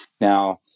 Now